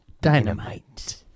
dynamite